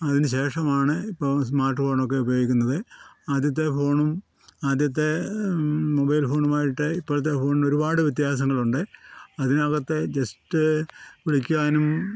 അതിന് ശേഷമാണ് ഇപ്പോൾ സ്മാർട്ട് ഫോണൊക്കെ ഉപയോഗിക്കുന്നത് ആദ്യത്തെ ഫോണും ആദ്യത്തെ മൊബൈൽ ഫോണുമായിട്ട് ഇപ്പോഴത്തെ ഫോണിന് ഒരുപാട് വ്യത്യാസങ്ങളുണ്ട് അതിനകത്തെ ജസ്റ്റ് വിളിക്കുവാനും